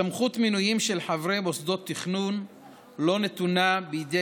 סמכות המינויים של חברי מוסדות תכנון לא נתונה בידי